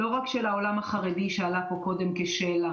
לא רק של העולם החרדי שעלה פה קודם כשאלה,